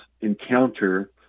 encounter